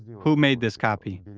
who made this copy?